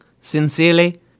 sincerely